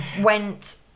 went